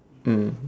mm